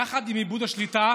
יחד עם איבוד השליטה